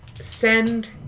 Send